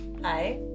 Hi